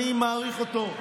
אני מעריך אותו,